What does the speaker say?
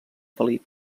felip